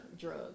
drugs